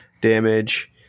damage